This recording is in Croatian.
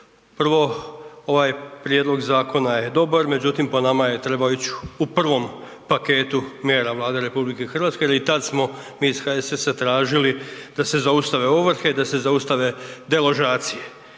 Prvo, ovaj prijedlog zakona je dobar, međutim, po nama je trebao ić u prvom paketu mjera Vlade RH jer i tad smo mi iz HSS-a tražili da se zaustave ovrhe, da se zaustave deložacije.